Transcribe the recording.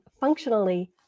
functionally